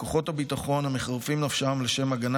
וכוחות הביטחון המחרפים נפשם לשם הגנה